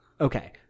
Okay